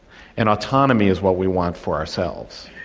and autonomy is what we want for ourselves.